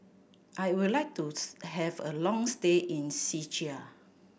I would like to have a long stay in Czechia